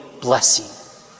blessing